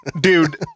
dude